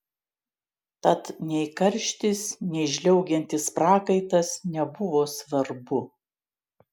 tad nei karštis nei žliaugiantis prakaitas nebuvo svarbu